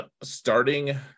starting